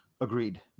Agreed